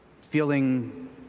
feeling